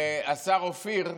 השר אופיר,